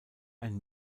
ein